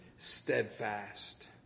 steadfast